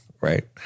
right